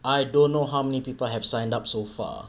I don't know how many people have signed up so far